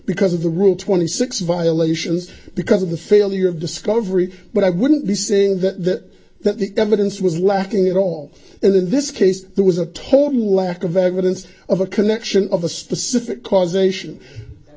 because of the rule twenty six violations because of the failure of discovery but i wouldn't be saying that that the evidence was lacking at all in this case there was a total lack of evidence of a connection of a specific causation